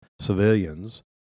civilians